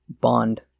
Bond